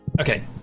Okay